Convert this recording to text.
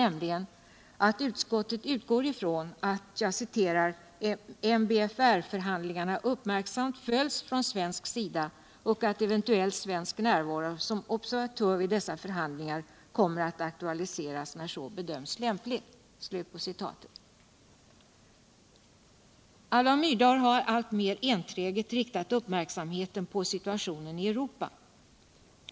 nämligen att utskottet utgår från att ”MBFER-förhandlingarna uppmärksamt följs från svensk sida och att eventuell svensk närvaro som observatör vid dessa förhandlingar kommer att aktualiseras när så bedöms lämpligt”. Alva Myrdal har alltmer enträget riktat uppmärksamheten på situationen i Europa.